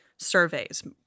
surveys